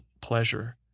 pleasure